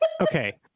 okay